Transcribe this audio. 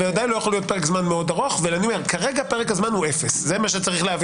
כרגע פרק הזמן הוא 0. כל דבר